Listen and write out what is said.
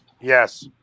Yes